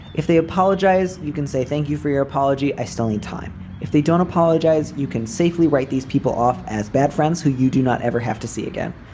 if they apologize, you can say thank you for your apology. i still need time. if they don't apologize, you can safely write these people off as bad friends who you do not ever have to see again.